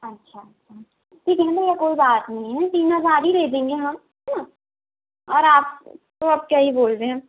अच्छा अच्छा ठीक है भैया कोई बात नहीं है तीन हज़ार ही दे देंगे हम न और आप तो अब क्या ही बोल रहे हैं